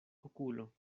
okulo